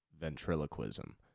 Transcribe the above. ventriloquism